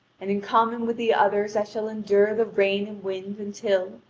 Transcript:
and in common with the others i shall endure the rain and wind until,